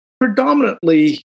predominantly